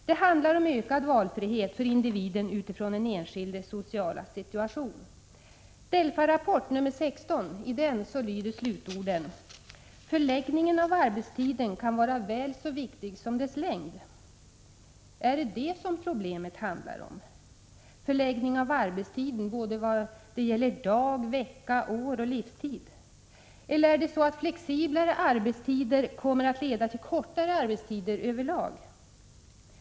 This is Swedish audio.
Det handlar om ökad valfrihet för individen utifrån den enskildes sociala situation. I slutet av DELFA-rapport nr 16 står det att förläggningen av arbetstiden kan vara väl så viktig som dess längd. Handlar problemet om förläggning av arbetstiden, både vad gäller dag, vecka, år och livstid? Eller är det så att flexiblare arbetstider kommer att leda till kortare arbetstider över lag?